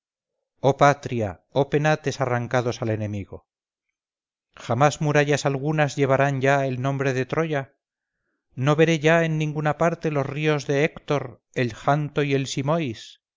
oh patria oh penates arrancados al enemigo jamás murallas algunas llevarán ya el nombre de troya no veré ya en ninguna parte los ríos de héctor el janto y el simois